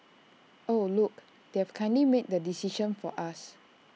oh look they have kindly made the decision for us